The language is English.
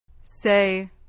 Say